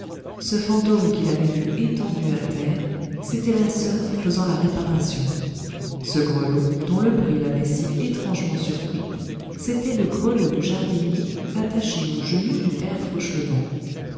ce fantôme qu'il avait vu étendu à terre c'était la soeur faisant la réparation ce grelot dont le bruit l'avait si étrangement surpris c'était le grelot du jardinier attaché au genou du père